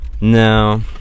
No